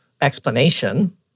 explanation